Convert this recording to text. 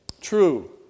true